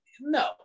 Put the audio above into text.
no